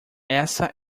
essa